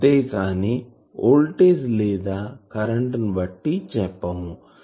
అంతే కానీ వోల్టేజ్ లేదా కరెంటు బట్టి చెప్పము